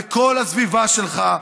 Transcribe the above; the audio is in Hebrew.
וכל הסביבה שלך,